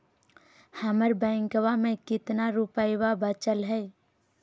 हमर बैंकवा में कितना रूपयवा बचल हई?